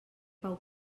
pau